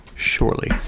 surely